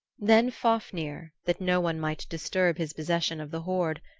then fafnir, that no one might disturb his possession of the hoard,